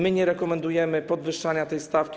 My nie rekomendujemy podwyższania tej stawki.